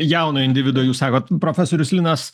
jauno individo jūs sakot profesorius linas